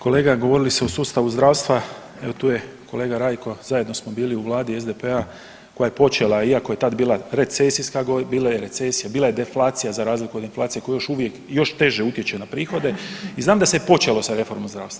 Kolega govorili ste o sustavu zdravstva, evo tu je kolega Rajko zajedno smo bili u vladi SDP-a koja je počela iako je tad bila recesijska godina, bila je recesija, bila je deflacija za razliku od inflacije koja još uvijek, koja još teže utječe na prihode i znam da se počelo sa reformom zdravstva.